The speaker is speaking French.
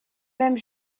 même